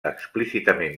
explícitament